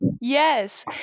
Yes